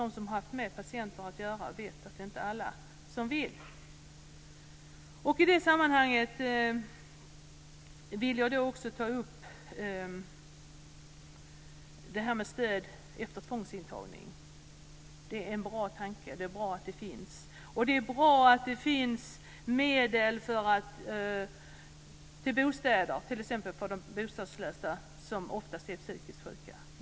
De som haft med patienter att göra vet att det inte är alla som vill. I det sammanhanget vill jag också ta upp frågan om stöd efter tvångsintagning. Det är en bra tanke. Det är bra att det finns. Det är också bra att det finns medel till bostäder, t.ex. för de bostadslösa, som ofta är psykiskt sjuka.